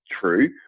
true